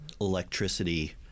electricity